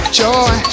joy